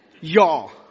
Y'all